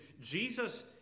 Jesus